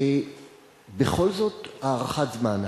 בכל זאת, הערכת זמן.